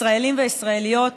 ישראלים וישראליות,